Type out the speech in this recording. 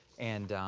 and,